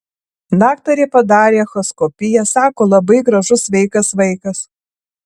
daktarė padarė echoskopiją sako labai gražus sveikas vaikas